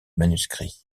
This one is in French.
manuscrit